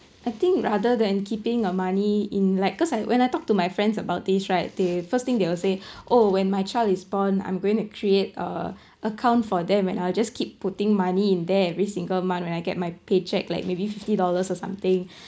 I think rather than keeping a money in like cause I when I talk to my friends about this right they first thing they will say oh when my child is born I'm going to create a account for them and I'll just keep putting money in there every single month when I get my paycheck like maybe fifty dollars or something